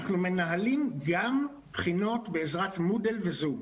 אנחנו מנהלים גם בחינות בעזרת מודל וזום,